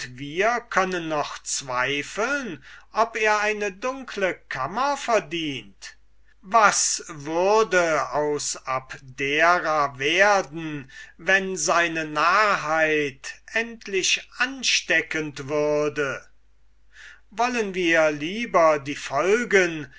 wir können noch zweifeln ob er eine dunkle kammer verdient was würde aus abdera werden wenn seine narrheit endlich ansteckend würde wollen wir lieber die folgen